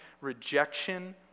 rejection